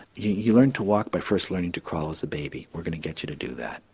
you you learn to walk by first learning to crawl as a baby, we're going to get you to do that.